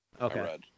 Okay